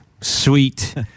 sweet